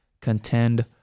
contend